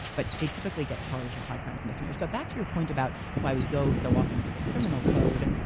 but they typically get charged as high crimes and misdemeanors. but back to your point about why we go so often to the criminal code.